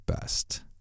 best